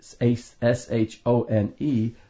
S-H-O-N-E